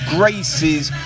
Grace's